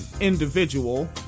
individual